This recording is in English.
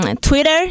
Twitter